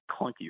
clunky